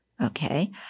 Okay